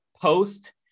Post